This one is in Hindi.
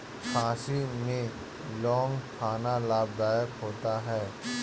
खांसी में लौंग खाना लाभदायक होता है